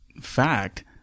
fact